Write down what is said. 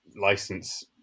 license